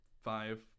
five